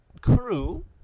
crew